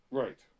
right